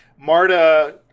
Marta –